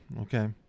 okay